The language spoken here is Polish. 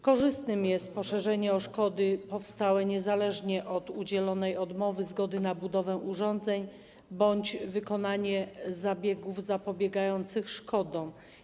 Korzystne jest poszerzenie o szkody powstałe niezależnie od udzielonej odmowy zgody na budowę urządzeń bądź wykonanie zabiegów zapobiegających szkodom.